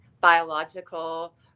biological